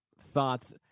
thoughts